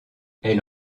elle